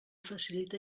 facilita